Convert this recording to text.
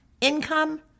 Income